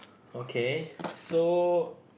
okay so